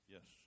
Yes